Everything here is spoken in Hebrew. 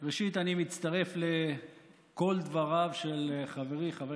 ראשית אני מצטרף לכל דבריו של חברי חבר